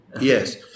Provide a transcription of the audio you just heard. Yes